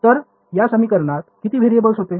तर या समीकरणात किती व्हेरिएबल्स होते